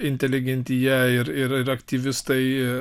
inteligentija ir ir aktyvistai